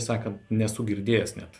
sakant nesu girdėjęs net